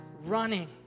running